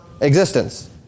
existence